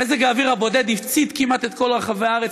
מזג האוויר הבודד הצית כמעט את כל רחבי הארץ,